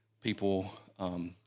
people—